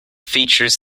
features